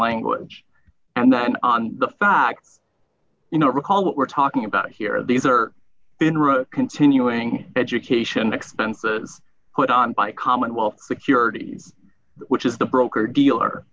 language and that on the fact you know recall what we're talking about here are these are in row continuing education expenses put on by commonwealth securities which is the broker dealer